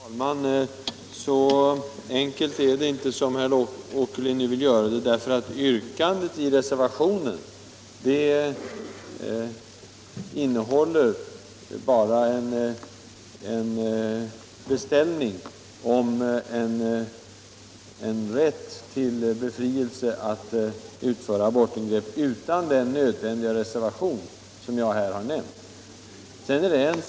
Herr talman! Så enkelt är det inte som herr Åkerlind nu vill göra det. Yrkandet i reservationen innehåller ju bara en beställning om en rätt till befrielse från att utföra abortingrepp, utan det nödvändiga förbehåll som jag har nämnt.